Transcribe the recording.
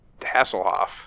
Hasselhoff